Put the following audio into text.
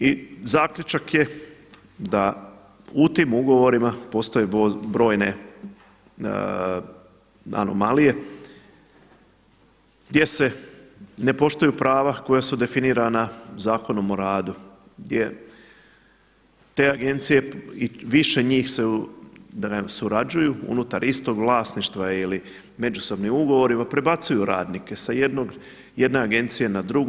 I zaključak je da u tim ugovorima postoje brojne anomalije gdje se ne poštuju prava koja su definirana Zakonom o radu jer te agencije i više njih su da ne surađuju unutar istog vlasništva ili međusobni ugovori pa prebacuju radnike sa jedne agencije na drugu.